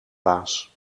baas